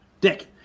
Dick